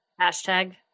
Hashtag